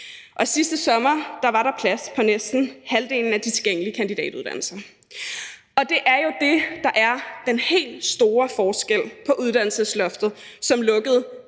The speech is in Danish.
Sidste sommer var der plads på næsten halvdelen af de tilgængelige kandidatuddannelser. Og det er jo det, der er den helt store forskel her. Uddannelsesloftet lukkede